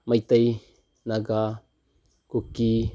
Meitei Naga Kuki